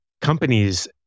companies